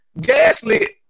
Gaslit